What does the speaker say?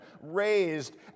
raised